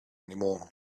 anymore